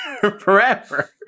forever